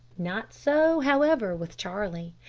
not so, however, with charlie.